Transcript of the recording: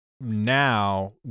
now